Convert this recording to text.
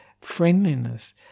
friendliness